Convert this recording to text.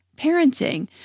parenting